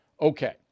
Okay